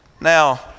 Now